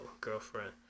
Girlfriend